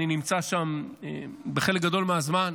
אני נמצא שם בחלק גדול מהזמן.